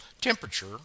temperature